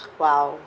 !wow!